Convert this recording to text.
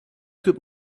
could